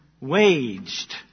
waged